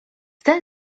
ten